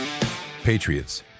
Patriots